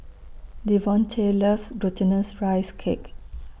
Devonte loves Glutinous Rice Cake